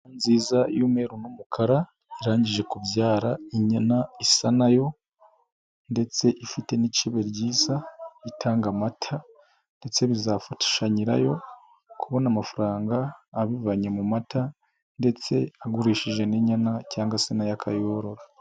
Inka nziza y'umweru n'umukara irangije kubyara inyana isa na yo ndetse ifite n'icebe ryiza ritanga amata ndetse bizafasha nyirayo kubona amafaranga abivanye mu mata ndetse agurishije n'inyana cyangwa se na we akayorora.